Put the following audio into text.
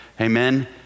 Amen